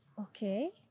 Okay